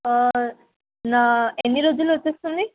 నా ఎన్ని రోజుల్లో వచ్చేస్తుంది